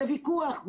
זה ויכוח.